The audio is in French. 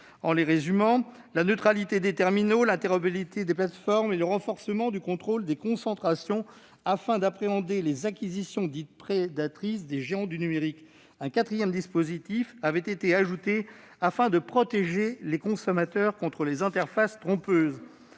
dispositions : la neutralité des terminaux, l'interopérabilité des plateformes et le renforcement du contrôle des concentrations, afin d'appréhender les acquisitions dites « prédatrices » des géants du numérique. Un quatrième dispositif avait été ajouté pour protéger les consommateurs contre les interfaces trompeuses.